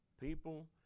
people